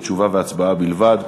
תשובה והצבעה בלבד.